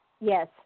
Yes